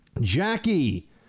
Jackie